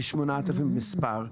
כ-8,000 במספרם,